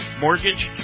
mortgage